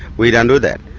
we don't do that,